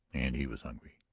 and he was hungry.